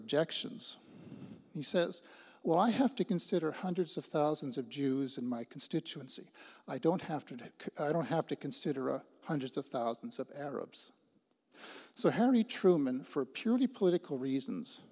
objections he says well i have to consider hundreds of thousands of jews in my constituency i don't have to and i don't have to consider a hundreds of thousands of arabs so harry truman for purely political reasons